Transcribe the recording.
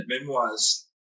memoirs